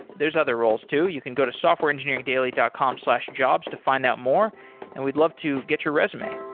there are other roles too. you can go to softwareengineeringdaily dot com slash jobs to find out more and we'd love to get your resume.